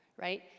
right